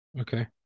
Okay